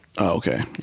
okay